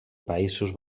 països